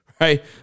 right